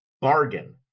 bargain